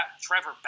Trevor